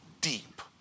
deep